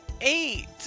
eight